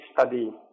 study